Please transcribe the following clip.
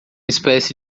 espécie